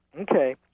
Okay